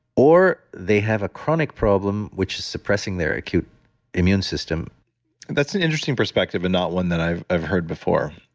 or they have a chronic problem which is suppressing their acute immune system that's an interesting perspective and not one that i've i've heard before,